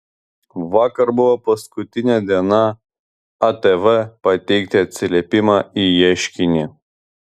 vakar buvo paskutinė diena atv pateikti atsiliepimą į ieškinį